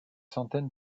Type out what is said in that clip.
centaines